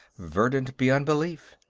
verdant beyond belief.